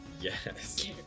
Yes